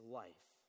life